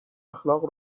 اخلاق